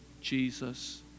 Jesus